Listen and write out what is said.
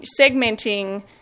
segmenting